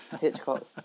Hitchcock